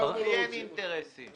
לי אין אינטרסים.